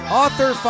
author